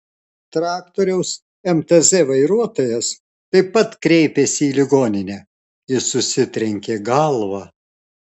traktoriaus mtz vairuotojas taip pat kreipėsi į ligoninę jis susitrenkė galvą